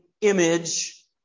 image